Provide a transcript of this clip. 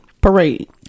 Parade